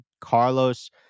Carlos